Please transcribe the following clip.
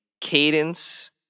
cadence